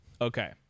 okay